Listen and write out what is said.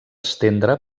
estendre